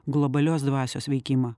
globalios dvasios veikimą